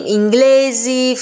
inglesi